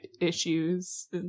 issues